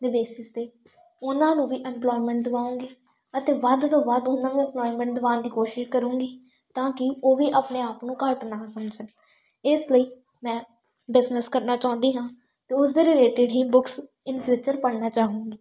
ਦੇ ਬੇਸਿਸ 'ਤੇ ਉਹਨਾਂ ਨੂੰ ਵੀ ਇੰਪਲੋਮੈਂਟ ਦਵਾਓਗੇ ਅਤੇ ਵੱਧ ਤੋਂ ਵੱਧ ਉਹਨਾਂ ਨੂੰ ਇੰਪਲੋਮੈਂਟ ਦਵਾਉਣ ਦੀ ਕੋਸ਼ਿਸ਼ ਕਰੂੰਗੀ ਤਾਂ ਕਿ ਉਹ ਵੀ ਆਪਣੇ ਆਪ ਨੂੰ ਘੱਟ ਨਾ ਸਮਝ ਸਕੇ ਇਸ ਲਈ ਮੈਂ ਬਿਜ਼ਨਸ ਕਰਨਾ ਚਾਹੁੰਦੀ ਹਾਂ ਅਤੇ ਉਸ ਦੇ ਰਿਲੇਟਿਡ ਹੀ ਬੁੱਕਸ ਇਨ ਫਿਊਚਰ ਪੜ੍ਹਨਾ ਚਾਹੂੰਗੀ